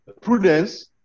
Prudence